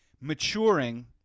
maturing